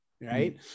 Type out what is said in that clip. Right